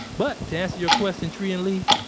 but, to answer your question, tree and leaf,